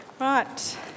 right